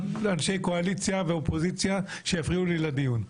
אנשי קואליציה ואופוזיציה שיפריעו לי בדיון.